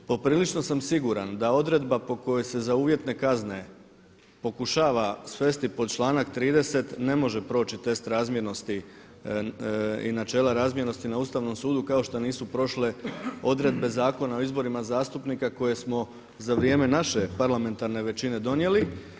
Poprilično sam siguran da odredba po kojoj se za uvjetne kazne pokušava svesti pod članak 30. ne može proći test razmjernosti i načela razmjernosti na Ustavnom sudu kao što nisu prošle odredbe Zakona o izborima zastupnika koje smo za vrijeme naše parlamentarne većine donijeli.